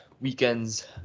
weekend's